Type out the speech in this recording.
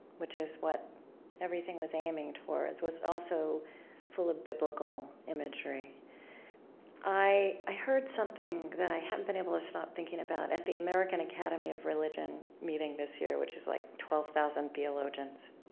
which is what everything was aiming towards, was also full of biblical imagery i i heard something that i haven't been able to stop thinking about. at the american academy of religion meeting this year, which is, like, twelve thousand theologians,